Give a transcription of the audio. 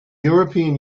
european